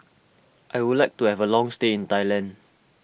I would like to have a long stay in Thailand